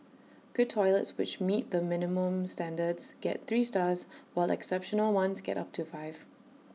good toilets which meet the minimum standards get three stars while exceptional ones get up to five